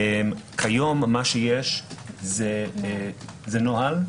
כיום מה שיש זה נוהל.